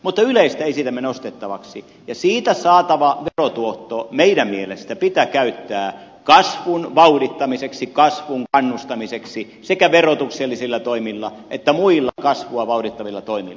mutta yleistä esitämme nostettavaksi ja siitä saatava verotuotto meidän mielestämme pitää käyttää kasvun vauhdittamiseksi kasvun kannustamiseksi sekä verotuksellisilla toimilla että muilla kasvua vauhdittavilla toimilla